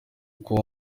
kuba